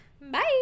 Bye